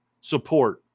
support